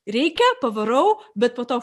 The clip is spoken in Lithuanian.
reikia pavarau bet po to